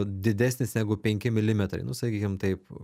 didesnis negu penki milimetrai nu sakykim taip